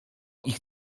ich